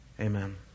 Amen